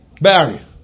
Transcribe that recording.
Barry